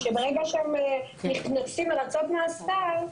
שברגע שהם נכנסים לרצות מאסר,